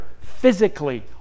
physically